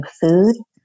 food